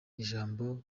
ijambo